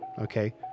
okay